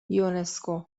یونسکو